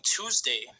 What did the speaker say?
Tuesday